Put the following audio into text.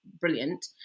brilliant